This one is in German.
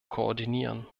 koordinieren